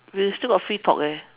we still got free talk eh